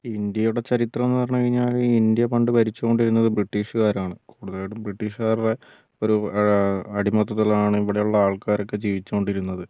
ഇന്ത്യയുടെ ചരിത്രംന്ന് പറഞ്ഞ് കഴിഞ്ഞാൽ ഈ ഇന്ത്യ പണ്ട് ഭരിച്ചോണ്ടിരുന്നത് ബ്രിട്ടീഷുകാരാണ് കൂടുതലായിട്ടും ബ്രിട്ടീഷുകാരുടെ ഒരു അടിമത്വത്തിലാണ് ഇവിടെയുള്ള ആൾക്കാരൊക്കെ ജീവിച്ചുകൊണ്ടിരുന്നത്